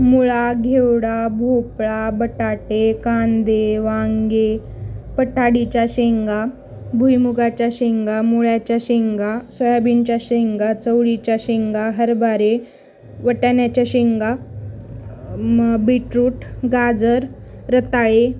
मुळा घेवडा भोपळा बटाटे कांदे वांगे पटाडीच्या शेंगा भुईमुगाच्या शेंगा मुळ्याच्या शेंगा सोयाबीनच्या शेंगा चवळीच्या शेंगा हरभरे वाटाण्याच्या शेंगा मग बीटरूट गाजर रताळे